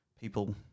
people